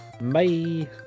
Bye